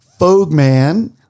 Fogman